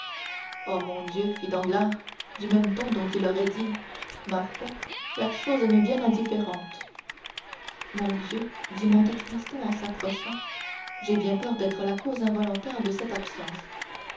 oh mon dieu fit danglars du même ton dont il aurait dit ma foi la chose m'est bien indifférente mon dieu dit monte cristo en s'approchant j'ai bien peur d'être la cause involontaire de cette absence